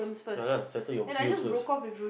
ya lah settle your bills first